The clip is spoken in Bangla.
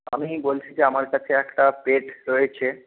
আমি বলছি যে আমার কাছে একটা পেট রয়েছে